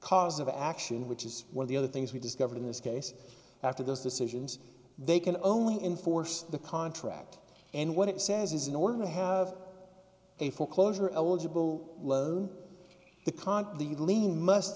cause of action which is what the other things we discovered in this case after those decisions they can only in force the contract and what it says is in order to have a foreclosure eligible loan the con the lien must